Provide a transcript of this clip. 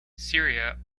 syria